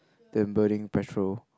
than burning petrol